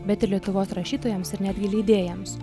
bet ir lietuvos rašytojams ir netgi leidėjams